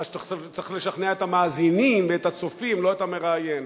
אתה צריך לשכנע את המאזינים ואת הצופים ולא את המראיין.